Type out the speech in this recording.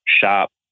shop